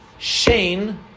Shane